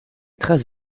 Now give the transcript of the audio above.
traces